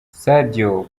sadio